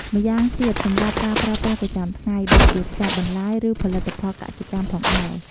ម្យ៉ាងទៀតសម្រាប់ការប្រើប្រាស់ប្រចាំថ្ងៃ ដូចជា ខ្ចប់បន្លែ ឬផលិតផលកសិកម្មផងដែរ។